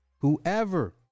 Whoever